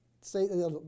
say